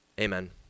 Amen